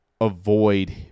avoid